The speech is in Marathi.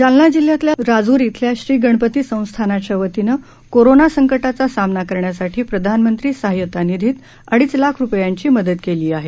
जालना जिल्ह्यातल्या राजूर इथल्या श्री गणपती संस्थानाच्यातीनं कोरोना संकटाचा सामना करण्यासाठी प्रधानमंत्री सहायता निधीत अडीच लाख रुपयांची मदत केली आहे